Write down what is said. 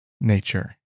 nature